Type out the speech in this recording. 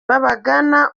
babagana